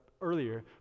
earlier